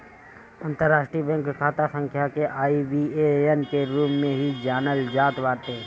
अंतरराष्ट्रीय बैंक खाता संख्या के आई.बी.ए.एन के रूप में भी जानल जात बाटे